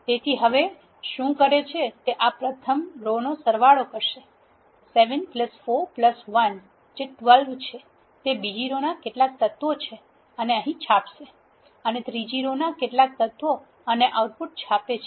તેથી હવે શું કરે છે તે આ પ્રથમ રો નો સરવાળો કરશે 7 4 1 જે 12 છે તે બીજી રો ના કેટલાક તત્વો છે અને અહીં છાપશે અને ત્રીજી રો ના કેટલાક તત્વો અને આઉટપુટ છાપે છે